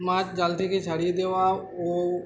মাছ জাল থেকে ছাড়িয়ে দেওয়া ও